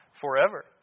forever